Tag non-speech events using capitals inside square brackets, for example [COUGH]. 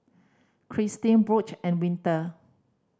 Kristine [UNINTELLIGIBLE] and Winter